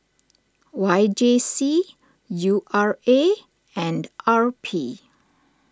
Y J C U R A and R P